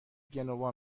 گنوا